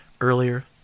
earlier